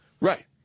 Right